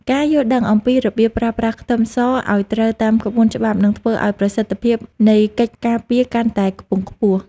ការយល់ដឹងអំពីរបៀបប្រើប្រាស់ខ្ទឹមសឱ្យត្រូវតាមក្បួនច្បាប់នឹងធ្វើឱ្យប្រសិទ្ធភាពនៃកិច្ចការពារកាន់តែខ្ពង់ខ្ពស់។